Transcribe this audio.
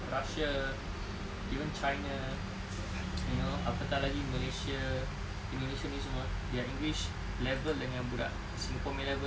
russia even china you know apatah lagi malaysia indonesia ni semua their english level dengan budak singapore punya level